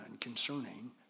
concerning